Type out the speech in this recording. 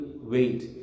wait